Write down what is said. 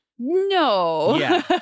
No